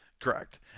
Correct